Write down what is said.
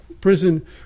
prison